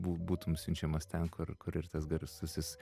bū būtum siunčiamas ten kur kur ir tas garsusis